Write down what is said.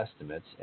estimates